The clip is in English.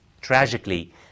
tragically